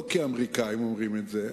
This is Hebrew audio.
לא כי האמריקנים אומרים את זה,